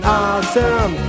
awesome